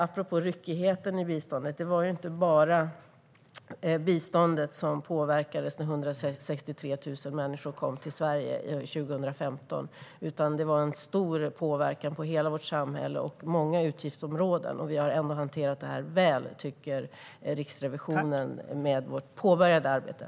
Apropå ryckigheten i biståndet vill jag säga att det inte bara var biståndet som påverkades när 163 000 människor kom till Sverige 2015, utan det var en stor påverkan på hela vårt samhälle och på många utgiftsområden. Vi har ändå hanterat detta väl med vårt påbörjade arbete, tycker Riksrevisionen.